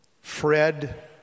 Fred